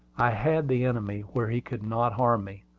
i had the enemy where he could not harm me,